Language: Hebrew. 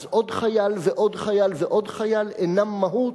אז עוד חייל ועוד חייל ועוד חייל אינם מהות?